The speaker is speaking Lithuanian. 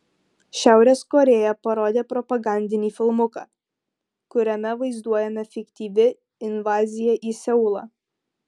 šiaurės korėja parodė propagandinį filmuką kuriame vaizduojama fiktyvi invazija į seulą